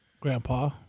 Grandpa